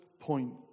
Point